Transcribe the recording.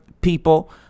people